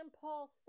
Paul